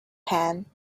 pen